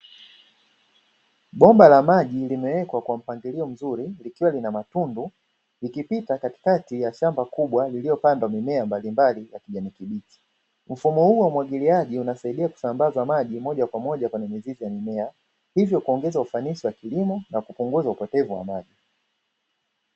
Bomba la maji limewekwa kwa mpangilio mzuri likiwa lina matundu likipita kati kati ya shamba kubwa lililopandwa mimea mbalimbali, mfumo huu wa umwagiliaji unasaidia kusambaza moja kwa moja kwenye mizizi ya mimea hvyo kuongeza ufanisi wa kilimo na kupunguza upotevu wa maji.